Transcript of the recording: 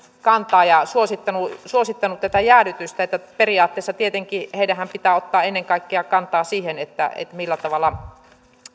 kantaa ja suosittanut suosittanut tätä jäädytystä periaatteessa tietenkin heidänhän pitää ottaa kantaa ennen kaikkea siihen millä tavalla